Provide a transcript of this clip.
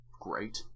great